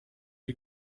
die